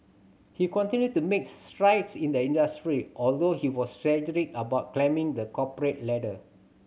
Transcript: he continued to make strides in the industry although he was strategic about climbing the corporate ladder